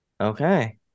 Okay